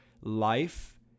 life